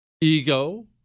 ego